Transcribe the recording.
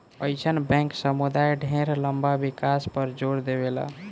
अइसन बैंक समुदाय ढेर लंबा विकास पर जोर देवेला